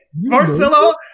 Marcelo